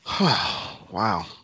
Wow